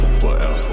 forever